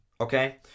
okay